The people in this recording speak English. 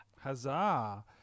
Huzzah